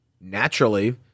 Naturally